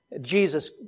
Jesus